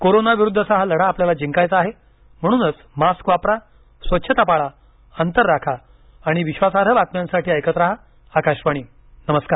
corona विरुद्धचा हा लढा आपल्याला जिंकायचा आहे म्हणूनच मास्क वापरा स्वच्छता पाळा अंतर राखा आणि विश्वासार्ह बातम्यांसाठी ऐकत रहा आकाशवाणी नमस्कार